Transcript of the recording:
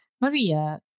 Maria